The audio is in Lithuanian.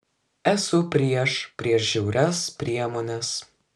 esu prieš prieš žiaurias priemones